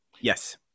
yes